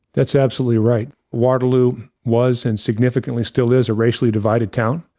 that's absolutely right. waterloo was in significantly, still is a racially divided town,